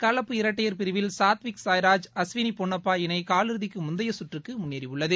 கலப்பு இரட்டையர் பிரிவில் சாத்விக் சாய்ராஜ் அஸ்விளி பொன்னப்பா இணை காலிறுதிக்கு முந்தைய சுற்றுக்கு முன்னேறியுள்ளது